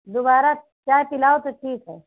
दोबारा चाय पिलाओ तो ठीक है